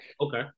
Okay